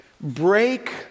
Break